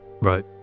Right